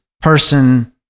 person